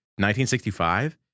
1965